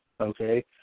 okay